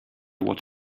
what